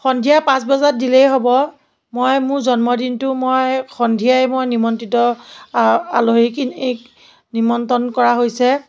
সন্ধিয়া পাঁচবজাত দিলেই হ'ব মই মোৰ জন্মদিনটো মই সন্ধিয়াই মই নিমন্ত্ৰিত আলহীখিনিক নিমন্ত্ৰণ কৰা হৈছে